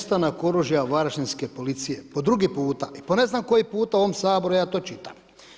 Nestanak oružja varaždinske policije po drugi puta i po ne znam koji puta u ovom Saboru ja to čitam.